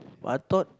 but I thought